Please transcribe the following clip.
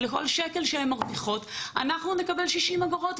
ולכל שקל שהן מרוויחות אנחנו נקבל 60 אגורות.